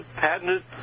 patented